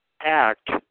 act